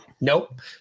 nope